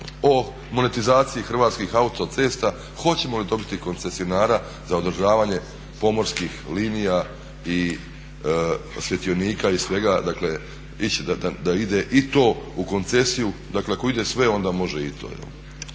o monetizaciji Hrvatskih autocesta hoćemo li dobiti koncesionara za odražavanje pomorskih linija i svjetionika i svega. Dakle, da ide i to u koncesiju, dakle ako ide sve onda može i to,